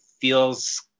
feels